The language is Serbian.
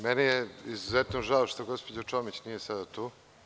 Meni je izuzetno žao što gospođa Čomić nije sada tu.